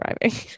driving